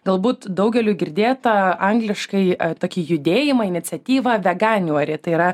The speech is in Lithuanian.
galbūt daugeliui girdėtą angliškąjį tokį judėjimai iniciatyvą veganių ar į tai yra